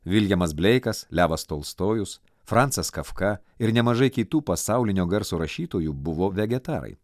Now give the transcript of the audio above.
villjamas bleikas levas tolstojus francas kafka ir nemažai kitų pasaulinio garso rašytojų buvo vegetarai